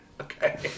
Okay